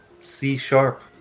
C-sharp